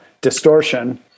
distortion